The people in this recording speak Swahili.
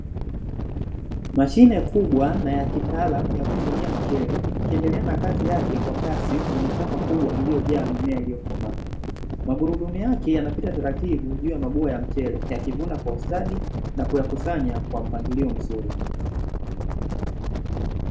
Mashine kubwa na ya kitaalamu ya kuvunia mchele ikiendelea na kazi yake kwa kasi kwenye shamba kubwa lililojaa mimea iliyokomaa. Magurudumu yake yanapita taratibu juu ya magunia ya mchele yakivuna Kwa ustadi, na kuyakusanya kwa mpangilio mzuri.